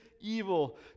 evil